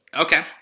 Okay